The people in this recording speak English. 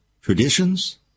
Traditions